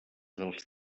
dels